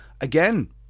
again